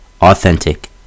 Authentic